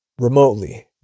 remotely